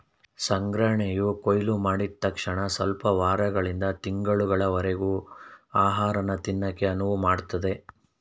ಸಂಗ್ರಹಣೆಯು ಕೊಯ್ಲುಮಾಡಿದ್ ತಕ್ಷಣಸ್ವಲ್ಪ ವಾರಗಳಿಂದ ತಿಂಗಳುಗಳವರರ್ಗೆ ಆಹಾರನ ತಿನ್ನಕೆ ಅನುವುಮಾಡ್ತದೆ